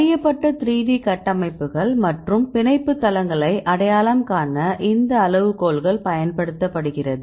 அறியப்பட்ட 3D கட்டமைப்புகள் மற்றும் பிணைப்பு தளங்களை அடையாளம் காண இந்த அளவுகோல்கள் பயன்படுத்தப்படுகிறது